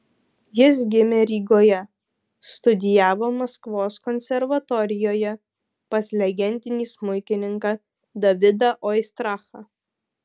jis gimė rygoje studijavo maskvos konservatorijoje pas legendinį smuikininką davidą oistrachą